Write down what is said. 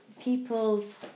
people's